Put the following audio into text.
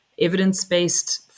evidence-based